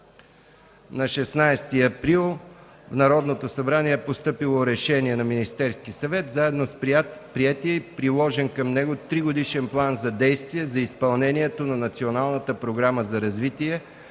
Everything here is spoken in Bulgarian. На 16 април в Народното събрание е постъпило Решение на Министерския съвет, заедно с приетия и приложен към него Тригодишен план за действие за изпълнението на